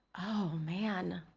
oh man.